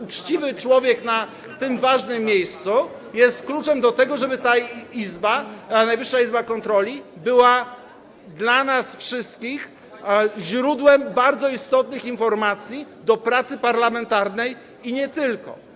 Uczciwy człowiek na tym ważnym miejscu jest kluczem do tego, żeby ta Izba, Najwyższa Izba Kontroli była dla nas wszystkich źródłem bardzo istotnych informacji co do pracy parlamentarnej i nie tylko.